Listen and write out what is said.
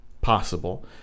possible